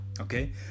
okay